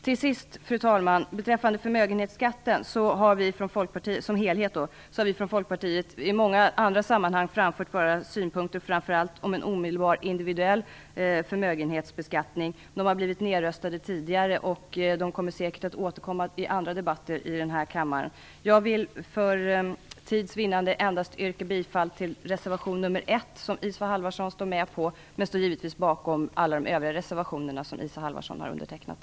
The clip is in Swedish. Till sist, fru talman, vill jag säga följande: Beträffande förmögenhetsskatten som helhet har vi från Folkpartiet i många andra sammanhang framfört våra synpunkter, framför allt om en omedelbar individuell förmögenhetsbeskattning. De har blivit nedröstade tidigare, och de kommer säkert att återkomma i andra debatter i denna kammare. Jag vill för tids vinnande yrka bifall endast till reservation nr 1, som Isa Halvarsson står med på, men jag står givetvis bakom alla de övriga reservationer som Isa Halvarsson har undertecknat.